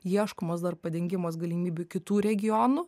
ieškomas dar padengimas galimybių kitų regionų